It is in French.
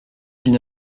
qu’il